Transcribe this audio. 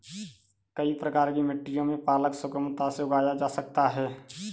कई प्रकार की मिट्टियों में पालक सुगमता से उगाया जा सकता है